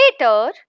Later